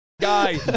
guy